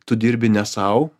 tu dirbi ne sau